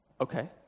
okay